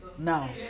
now